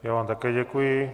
Já vám také děkuji.